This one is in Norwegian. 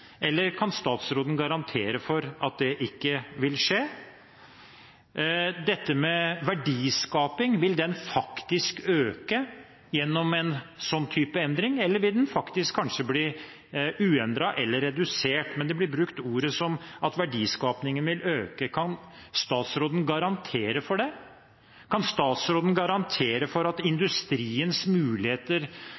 eller kan statsråden garantere for at det ikke vil skje? Vil verdiskapingen faktisk øke ved en sånn endring, eller vil den faktisk bli uendret eller redusert? Det blir brukt ord om at verdiskapingen vil øke. Kan statsråden garantere for det? Kan statsråden garantere for at